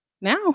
now